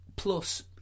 Plus